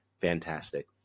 Fantastic